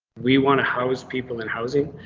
we want to house people in housing.